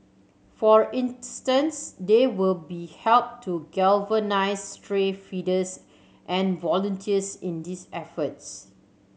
for instance they will be help to galvanise stray feeders and volunteers in these efforts